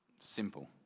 Simple